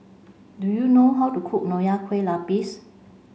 do you know how to cook Nonya Kueh Lapis